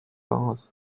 ojos